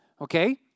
okay